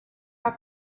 have